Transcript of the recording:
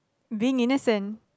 being innocent